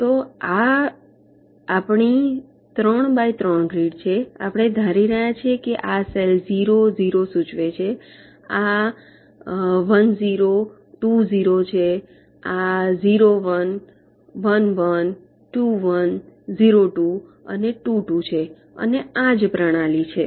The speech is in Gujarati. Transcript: તો આ આપણી ત્રણ બાય ત્રણ ગ્રીડ છે આપણે ધારી રહ્યા છીએ કે આ સેલ ઝીરો ઝીરો સૂચવે છે આ વન ઝીરો ટુ ઝીરો છે આ zero one one one two one zero two અને ટુ ટુ છે અને આ જ પ્રણાલી છે